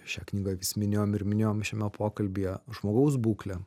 šią knygą vis minėjom ir minėjom šiame pokalbyje žmogaus būklė